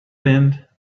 wind